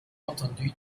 entendu